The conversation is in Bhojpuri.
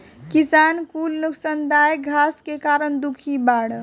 किसान कुल नोकसानदायक घास के कारण दुखी बाड़